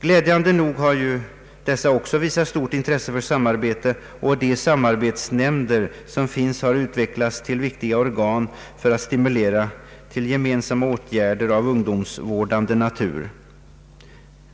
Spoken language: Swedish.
Glädjande nog har ju dessa också visat stort intresse för samarbete, och de samarbetsnämnder som finns har utvecklats till viktiga organ för att stimulera till gemensamma åtgärder av ungdomsvårdande natur.